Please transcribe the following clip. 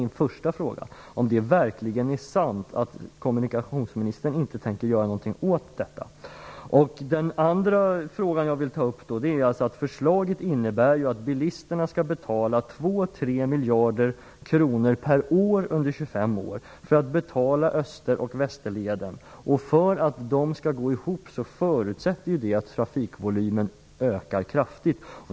Min första fråga är om det verkligen är sant att kommunikationsministern inte tänker göra någonting åt detta. En annan fråga som jag vill ta upp är att förslaget innebär att bilisterna skall betala 2-3 miljarder kronor per år under 25 år för att betala Öster och Västerlederna. Förutsättningen för att de skall gå ihop är att trafikvolymen ökar kraftigt.